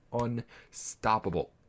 unstoppable